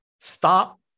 Stop